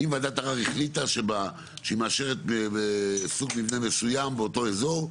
אם וועדת ערר החליט שהיא מאשרת סוג מבנה מסוים באותו אזור,